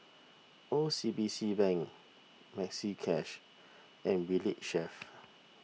O C B C Bank Maxi Cash and Valley Chef